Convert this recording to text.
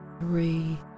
three